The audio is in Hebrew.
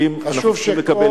אנחנו צריכים לקבל,